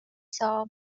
saa